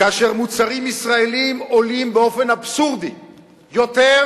כאשר מוצרים ישראליים באופן אבסורדי עולים